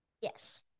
Yes